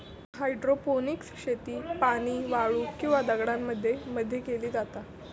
hydroponics शेती पाणी, वाळू किंवा दगडांमध्ये मध्ये केली जाता